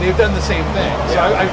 we've done the same thing